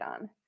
on